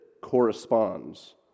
corresponds